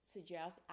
suggest